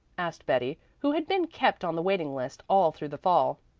asked betty, who had been kept on the waiting list all through the fall.